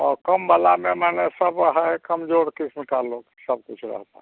और कम वाला में माने सब है कमज़ोर क़िस्म के लोग सब कुछ रहता है